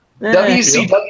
WCW